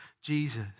Jesus